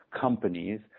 companies